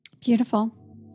Beautiful